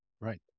Right